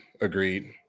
Agreed